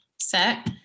set